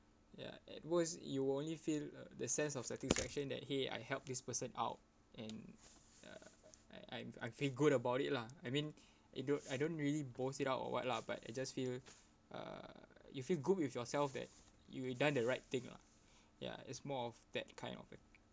ya it was you only feel uh the sense of satisfaction that !hey! I help this person out and uh I I I feel good about it lah I mean I don't I don't really boast it out or [what] lah but it just feel uh you feel good with yourself that you done the right thing lah ya it's more of that kind of a